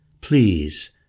Please